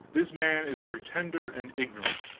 this man is a pretender, and ignorant,